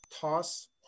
toss